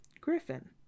Griffin